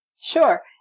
Sure